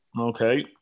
Okay